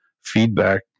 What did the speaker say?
feedback